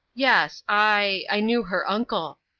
yes, i i knew her uncle.